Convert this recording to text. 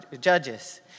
Judges